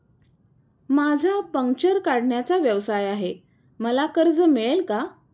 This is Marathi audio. माझा पंक्चर काढण्याचा व्यवसाय आहे मला कर्ज मिळेल का?